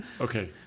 Okay